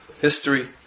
history